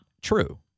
true